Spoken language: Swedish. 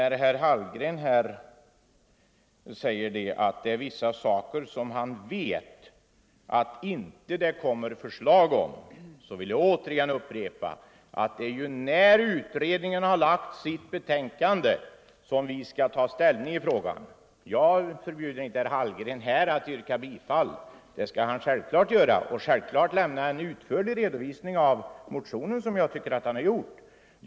När herr Hallgren säger att han vet att det är vissa saker som kommittén inte kommer med förslag om så vill jag återigen upprepa, att det ju är efter det att utredningen har framlagt sitt betänkande som vi skall ta ställning i frågan. Jag förbjuder inte herr Hallgren att yrka bifall till sin reservation, det skall han självklart få göra. Lika självklart är det att han skall få lämna en utförlig redovisning av motionens innehåll, vilket jag också tycker att han har gjort.